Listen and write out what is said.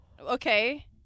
Okay